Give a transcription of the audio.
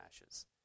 ashes